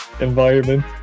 environment